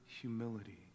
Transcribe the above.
humility